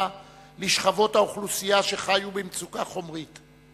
לשכבות האוכלוסייה שחיו במצוקה חומרית.